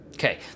Okay